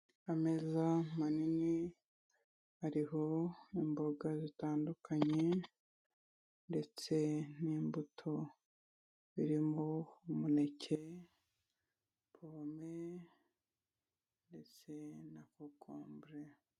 Ameza manini ariho imboga zitandukanye ndetse n'imbuto birimo Umuneke, pome ndetse na kokombure.